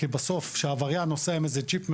כי בסוף, כשעבריין נוסע באיזה ג'יפ מפואר,